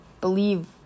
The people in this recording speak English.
believe